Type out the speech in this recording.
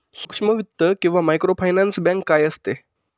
सूक्ष्म वित्त किंवा मायक्रोफायनान्स बँक काय असते?